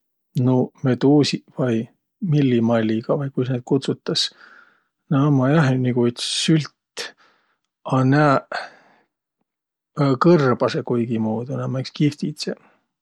Nuuq meduusiq vai millimalligaq vai kuis näid kutsutas, naaq ummaq jah nigu üts sült, a nääq kõrbasõq kuikimuudu. Ummaq iks kihvtidseq.